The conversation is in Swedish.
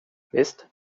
visst